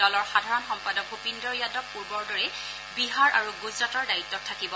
দলৰ সাধাৰণ সম্পাদক ভূপিন্দৰ যাদৱ পূৰ্বৰ দৰেই বিহাৰ আৰু গুজৰাটৰ দায়িত্বত থাকিব